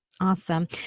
Awesome